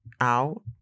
out